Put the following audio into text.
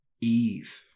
Eve